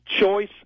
Choice